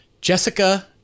Jessica